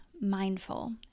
mindful